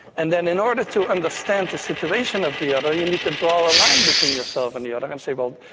and then in order to understand the situation of the other you need to draw a line between yourself and the other and say, well,